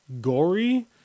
gory